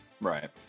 Right